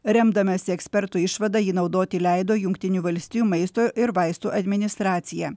remdama si ekspertų išvada jį naudoti leido jungtinių valstijų maisto ir vaistų administracija